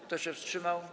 Kto się wstrzymał?